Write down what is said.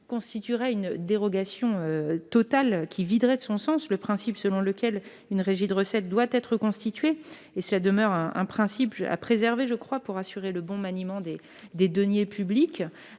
constituerait une dérogation totale, qui viderait de son sens le principe selon lequel une régie de recettes doit être constituée. Or ce principe doit, selon moi, être préservé pour assurer le bon maniement des deniers publics.